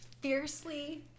fiercely